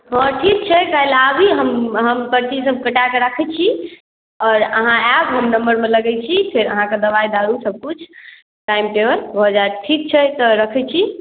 हँ ठीक छै काल्हि आबी हम हम पर्चीसभ कटा कऽ राखै छी आओर अहाँ आयब हम नम्बरमे लगै छी फेर अहाँकेँ दवाइ दारू सभकिछु टाइम टेबल भऽ जायत ठीक छै तऽ रखै छी